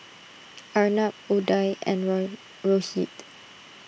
Arnab Udai and Rohit